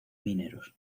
mineros